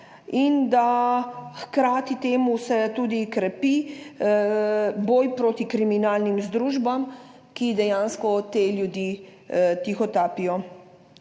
in da hkrati temu se tudi krepi boj boj kriminalnim združbam, ki dejansko te ljudi tihotapijo.